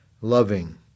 Loving